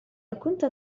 أكنت